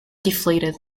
deflated